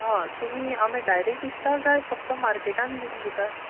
हा तुमी आंबे डायरेक्ट विकतात काय फक्त मार्केटान बीन दितात